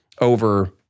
over